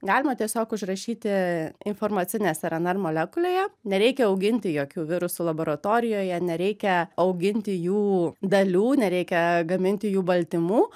galima tiesiog užrašyti informacinės rnr molekulėje nereikia auginti jokių virusų laboratorijoje nereikia auginti jų dalių nereikia gaminti jų baltymų